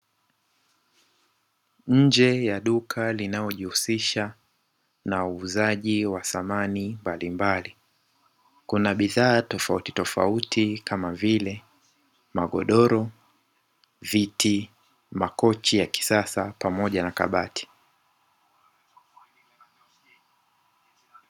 Nje ya duka linalojihusisha na uuzaji wa samani mbalimbali. Kuna bidhaa tofauti tofauti kama vile magodoro, viti, makochi ya kisasa pamoja na kabati.